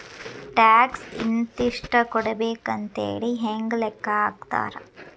Tax ಇಂತಿಷ್ಟ ಕೊಡ್ಬೇಕ್ ಅಂಥೇಳಿ ಹೆಂಗ್ ಲೆಕ್ಕಾ ಹಾಕ್ತಾರ?